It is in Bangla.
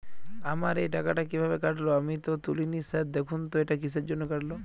আমার এই টাকাটা কীভাবে কাটল আমি তো তুলিনি স্যার দেখুন তো এটা কিসের জন্য কাটল?